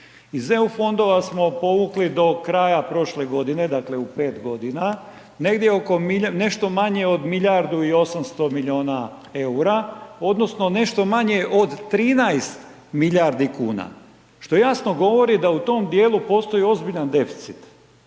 Iz EU fondova smo povukli do kraja prošle godine dakle u 5 godina negdje oko, nešto manje od milijardu i 800 miliona EUR-a odnosno nešto manje od 13 milijardi kuna, što jasno govori da u tom dijelu postoji ozbiljan deficit.